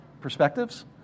perspectives